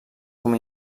com